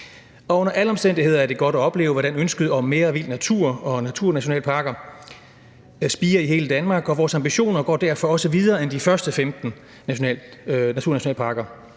Under alle omstændigheder er det godt at opleve, hvordan ønsket om mere vild natur og naturnationalparker spirer i hele Danmark, og vores ambitioner går derfor også videre end de første 15 naturnationalparker.